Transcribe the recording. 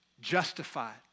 Justified